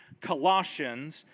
Colossians